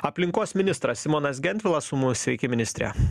aplinkos ministras simonas gentvilas su mumis sveiki ministre